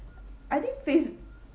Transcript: I think face